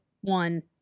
one